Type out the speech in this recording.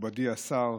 מכובדי השר,